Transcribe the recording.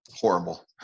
Horrible